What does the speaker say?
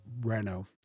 Renault